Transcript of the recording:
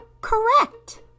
correct